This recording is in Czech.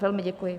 Velmi děkuji.